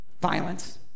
Violence